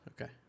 Okay